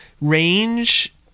range